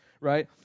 right